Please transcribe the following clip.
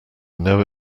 know